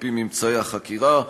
על-פי ממצאי החקירה.